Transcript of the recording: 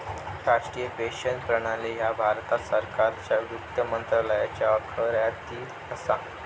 राष्ट्रीय पेन्शन प्रणाली ह्या भारत सरकारच्या वित्त मंत्रालयाच्या अखत्यारीत असा